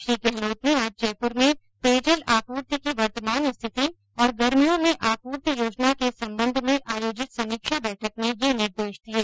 श्री गहलोत ने आज जयप्र में पेयजल आपूर्ति की वर्तमान स्थिति और गर्मियों में आपूर्ति योजना के संबंध में आयोजित समीक्षा बैठक में ये निर्देश दिये